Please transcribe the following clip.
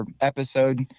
episode